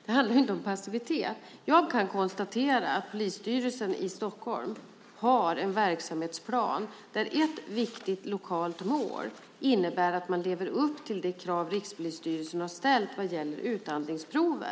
inte handlar om passivitet. Jag kan konstatera att polisstyrelsen i Stockholm har en verksamhetsplan där ett viktigt lokalt mål är att leva upp till de krav som Rikspolisstyrelsen har ställt vad gäller utandningsprov.